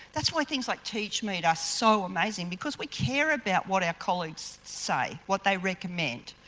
that's why things like teachmeet are so amazing because we care about what our colleagues say, what they recommend,